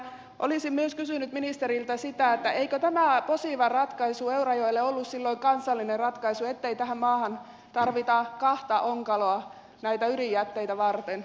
olisin myös kysynyt ministeriltä sitä eikö tämä posivan ratkaisu eurajoelle ollut silloin kansallinen ratkaisu ettei tähän maahan tarvita kahta onkaloa näitä ydinjätteitä varten